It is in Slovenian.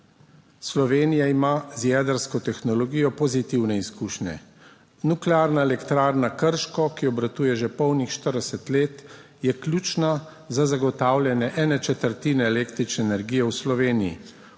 Slovenija ima z jedrsko tehnologijo pozitivne izkušnje. Nuklearna elektrarna Krško, ki obratuje že polnih 40 let, je ključna za zagotavljanje ene četrtine električne energije v Sloveniji,